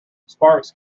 sparks